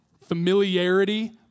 Familiarity